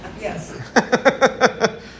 Yes